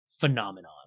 Phenomenon